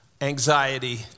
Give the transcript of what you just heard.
anxiety